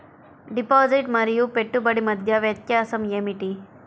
Deposit మరియు పెట్టుబడి మధ్య వ్యత్యాసం ఏమిటీ?